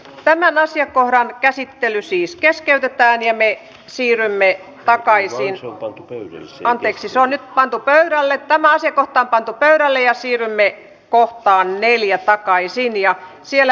tämän asiakohdan käsittely siis keskeytetään ja vei siirrämme takaisin ylös ja anteeksisaa nyt pantu keväällä tämä asia on pantu pöydälle ja siirrämme kohtaan neljä tai naisiin ja siellä